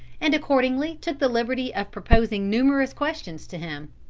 and accordingly took the liberty of proposing numerous questions to him.